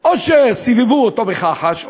או שסובבו אותו בכחש,